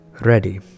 ready